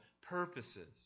purposes